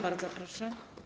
Bardzo proszę.